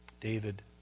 David